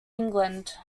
england